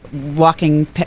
walking